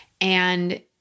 And-